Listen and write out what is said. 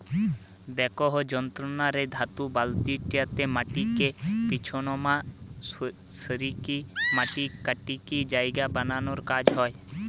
backhoe যন্ত্র রে ধাতু বালতিটা মাটিকে পিছনমা সরিকি মাটি কাটিকি জায়গা বানানার কাজ হয়